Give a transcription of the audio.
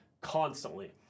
constantly